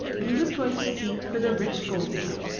he was going to seek for the rich gold-mine,